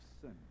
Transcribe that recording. sin